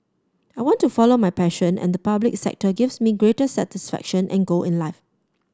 I want to follow my passion and the public sector gives me greater satisfaction and goal in life